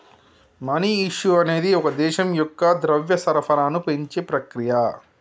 money issue అనేది ఒక దేశం యొక్క ద్రవ్య సరఫరాను పెంచే ప్రక్రియ